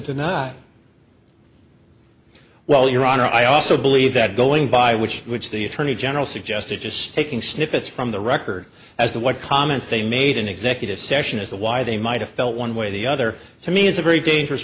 well your honor i also believe that going by which which the attorney general suggested just taking snippets from the record as to what comments they made in executive session as to why they might have felt one way or the other to me is a very dangerous